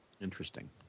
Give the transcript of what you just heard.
interesting